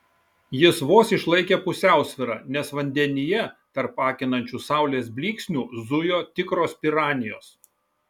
jis vos išlaikė pusiausvyrą nes vandenyje tarp akinančių saulės blyksnių zujo tikros piranijos